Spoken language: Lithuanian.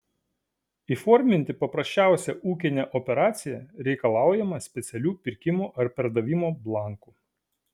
įforminti paprasčiausią ūkinę operaciją reikalaujama specialių pirkimo ar pardavimo blankų